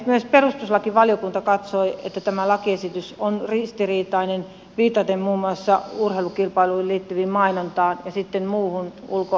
myös perustuslakivaliokunta katsoi että tämä lakiesitys on ristiriitainen viitaten muun muassa urheilukilpailuihin liittyvään mainontaan ja muuhun ulkomainontaan